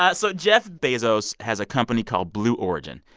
ah so jeff bezos has a company called blue origin.